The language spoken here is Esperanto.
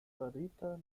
farita